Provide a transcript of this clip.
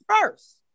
first